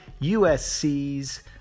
USC's